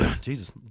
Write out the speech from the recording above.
Jesus